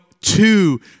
two